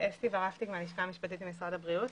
הלשכה המשפטית, משרד הבריאות.